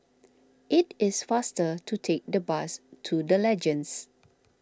it is faster to take the bus to the Legends